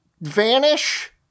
Vanish